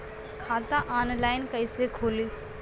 खाता ऑनलाइन कइसे खुली?